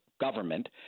government